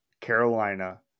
Carolina